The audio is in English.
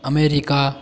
America